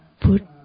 put